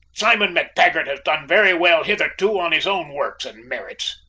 simon mactaggart has done very well hitherto on his own works and merits.